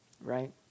right